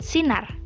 Sinar